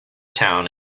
town